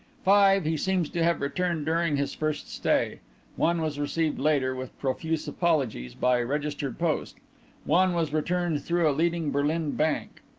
five he seems to have returned during his first stay one was received later, with profuse apologies, by registered post one was returned through a leading berlin bank.